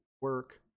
work